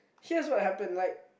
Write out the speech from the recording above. here's what happened like